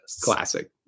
Classic